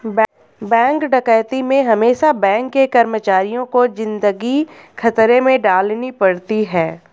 bank डकैती में हमेसा बैंक के कर्मचारियों को जिंदगी खतरे में डालनी पड़ती है